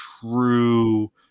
true –